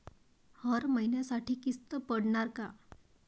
हर महिन्यासाठी किस्त पडनार का?